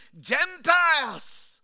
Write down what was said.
Gentiles